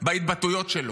בהתבטאויות שלו.